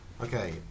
Okay